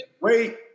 wait